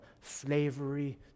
slavery